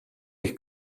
ich